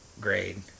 grade